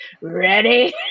Ready